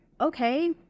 okay